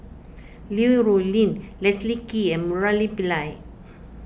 Li Rulin Leslie Kee and Murali Pillai